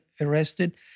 arrested